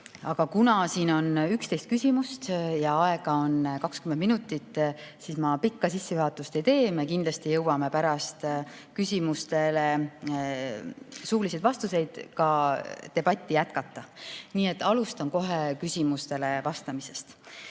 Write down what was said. Kuna siin on 11 küsimust ja aega on 20 minutit, siis ma pikka sissejuhatust ei tee. Me kindlasti jõuame pärast küsimustele vastamist debatti jätkata. Nii et alustan kohe küsimustele vastamisest.